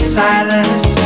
silence